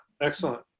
Excellent